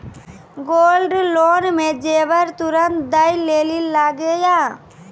Gold loan मे जेबर तुरंत दै लेली लागेया?